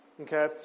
Okay